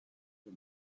the